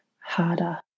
harder